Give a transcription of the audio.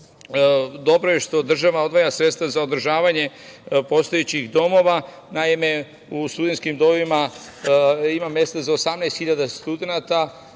Dobro je što država odvaja sredstva za održavanje postojećih domova. Naime, u studenskim domovima ima mesta za 18.000 studenata,